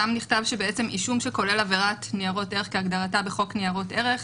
שם נכתב ש"אישום הכולל עבירת ניירות ערך כהגדרתה בחוק ניירות ערך,